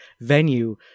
venue